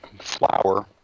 flour